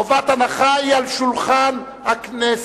חובת ההנחה היא על שולחן הכנסת.